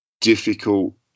difficult